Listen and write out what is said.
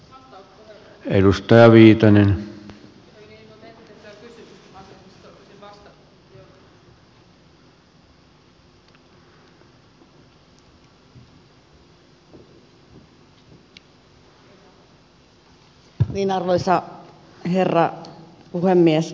arvoisa herra puhemies